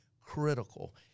critical